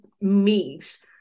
meet